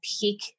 peak